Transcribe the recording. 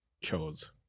Chose